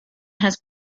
has